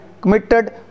committed